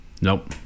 Nope